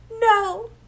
no